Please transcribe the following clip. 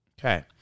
Okay